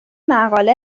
مقاله